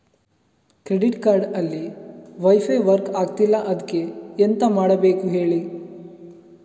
credit card ಅಲ್ಲಿ wifi work ಆಗ್ತಿಲ್ಲ ಅದ್ಕೆ ಎಂತ ಮಾಡಬೇಕು ಹೇಳಿ